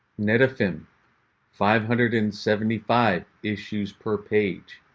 metafin five hundred and seventy five issues per page.